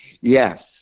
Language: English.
Yes